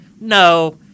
no